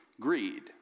Greed